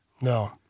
No